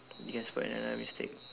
we can spot another mistake